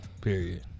period